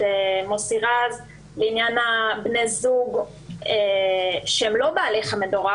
מוסי רז לעניין בני הזוג שהם לא בהליך המדורג.